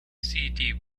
sidi